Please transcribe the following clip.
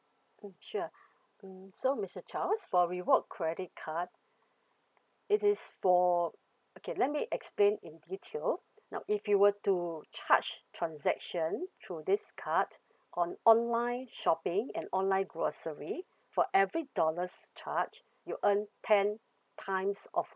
sure so mister charles for reward credit card it is for okay let me explain in detail now if you were to charge transaction through this card on online shopping and online grocery for every dollars charged you earn ten times of